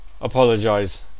apologise